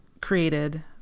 created